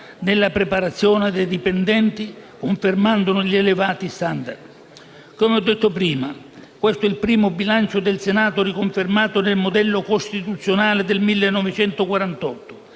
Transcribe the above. della preparazione dei dipendenti, confermandone gli elevati *standard*. Come ho detto prima, questo è il primo bilancio del Senato riconfermato nel modello costituzionale del 1948